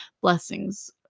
blessings